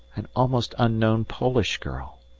an almost unknown polish girl!